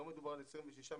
לא מדובר ב-26,